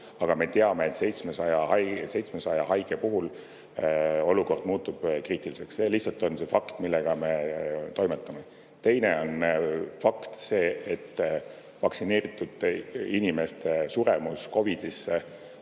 aga me teame, et 700 haige puhul olukord muutub kriitiliseks. See on lihtsalt fakt, millega me toimetame. Teine fakt on see, et vaktsineeritud inimeste suremus COVID-isse